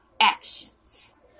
actions